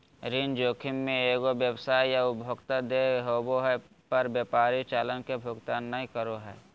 ऋण जोखिम मे एगो व्यवसाय या उपभोक्ता देय होवे पर व्यापारी चालान के भुगतान नय करो हय